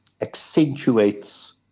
accentuates